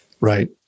Right